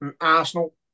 Arsenal